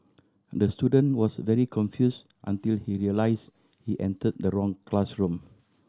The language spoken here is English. the student was very confused until he realised he entered the wrong classroom